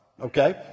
okay